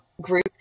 group